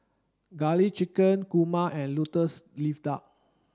garlic chicken kurma and lotus leaf duck